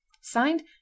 Signed